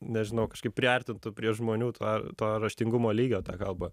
nežinau kažkaip priartintų prie žmonių to to raštingumo lygio tą kalbą